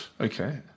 Okay